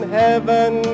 heaven